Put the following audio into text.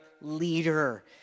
leader